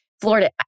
Florida